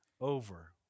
over